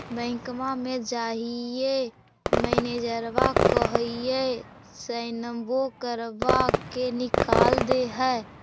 बैंकवा मे जाहिऐ मैनेजरवा कहहिऐ सैनवो करवा के निकाल देहै?